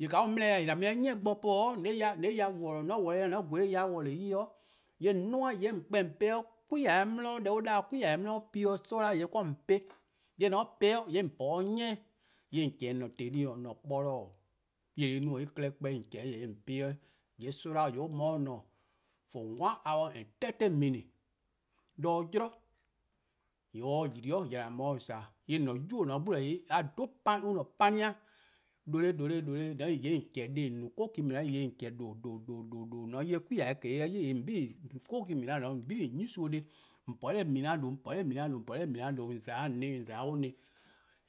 :Yee' :ka on dele-eh bo, :yee' :an mu-eh 'de :ni bo po :on 'ye-eh ya worlor:. :mor :on gweh-eh worlor-eh 'i, :yee; :on 'duo:-eh :on 'kpa-eh 'de 'pla' 'di, deh an 'da-dih 'plea' an pi-dih 'soma' :yee' 'de :on po-eh, :yee' :mor :on po-eh 'de :yee' :on po 'de 'ni, :yee' :on chehn-dih :an-a' :teli-: an-a' kporlor-: :beh-dih' :on :chehn-dih dih :on po-ih 'de 'weh. :yee' 'soma'-a mu 'o dih :dhe for one hour and thirty mines 'de 'yli, :yee' :mor or yli :yee' :an mu 'o :za. :yee' an-a'a: 'nynuu: :on :ne-a 'de 'gbu, a 'dhe an-a'a: 'pani'-dih :due' :due', :yee' :on chehn dih, :on no 'coki-mina'-a :yee' :on chehn :due' :due'. :mor :on 'ye 'plea' 'de or 'ye 'yi :chio'lo: :yee' :on 'bili: 'korki-mini' :dao' :on 'bili: :on use-or 'neheh' :on po 'nor :mini'-a :due' :on po 'nor :mina'-a :due', :on :za 'o :on ne, :on :za 'o an-a' ne.